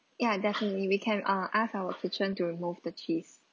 ya definitely we can uh ask our kitchen to remove the cheese